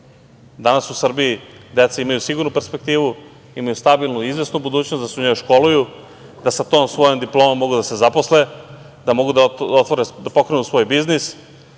obrok. Danas u Srbiji deca imaju sigurnu perskepktivu, imaju stabilnu i izvesnu budućnost, da se u njoj školuju, da sa tom svojom diplomom mogu da se zaposle, da mogu da pokrenu svoj biznis,